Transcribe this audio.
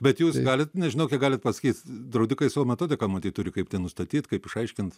bet jūs galit nežinau kiek galit pasakyt draudikai savo metodiką matyt turi kaip tai nustatyt kaip išaiškint